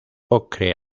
ocre